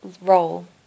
role